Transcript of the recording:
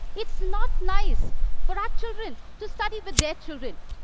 it's not nice for our children to study with their children.